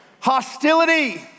Hostility